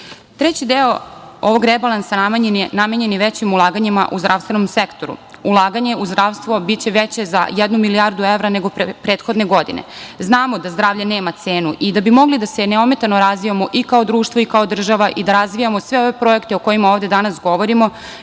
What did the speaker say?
deo ovog rebalansa namenjen je većim ulaganjima u zdravstvenom sektoru. Ulaganje u zdravstvo biće veće za jednu milijardu evra nego prethodne godine. Znamo da zdravlje nema cenu i da bi mogli da se ne ometano razvijamo kao društvo i kao država, i da razvijamo sve ove projekte o kojima ovde danas govorimo,